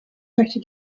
möchte